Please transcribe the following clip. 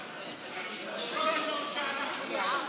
גברתי.